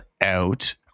out